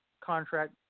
Contract